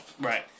right